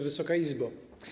Wysoka Izbo!